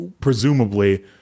presumably